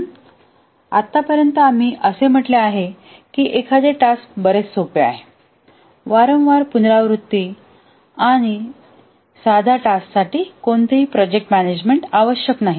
म्हणून आतापर्यंत आम्ही असे म्हटले आहे की एखादे टास्क बरेच सोपे आहे वारंवार पुनरावृत्ती आणि साध्या टास्कसाठी कोणतेही प्रोजेक्ट मॅनेजमेंट आवश्यक नाही